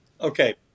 Okay